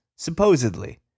supposedly